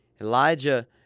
Elijah